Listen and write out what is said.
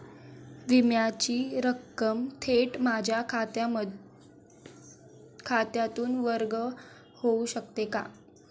विम्याची रक्कम थेट माझ्या खात्यातून वर्ग होऊ शकते का?